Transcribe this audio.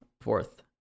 fourth